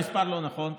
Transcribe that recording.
המספר לא נכון,